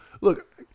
Look